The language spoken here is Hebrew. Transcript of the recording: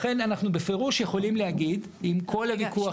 לכן אנחנו בפירוש יכולים להגיד, עם כל הוויכוח